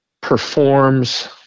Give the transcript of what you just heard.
performs